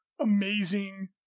amazing